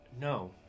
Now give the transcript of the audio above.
No